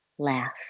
laugh